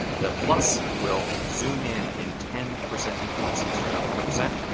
the plus will zoom in, in ten percent increments. so, you start out a hundred percent.